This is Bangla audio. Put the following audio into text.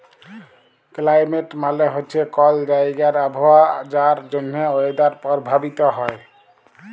কেলাইমেট মালে হছে কল জাইগার আবহাওয়া যার জ্যনহে ওয়েদার পরভাবিত হ্যয়